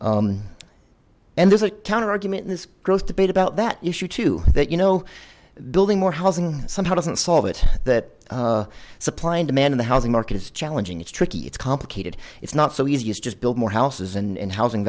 there's a counter argument in this growth debate about that issue to that you know building more housing somehow doesn't solve it that supply and demand in the housing market is a challenging it's tricky it's complicated it's not so easy it's just build more houses and housing